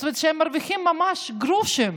זאת אומרת שהם מרוויחים ממש גרושים.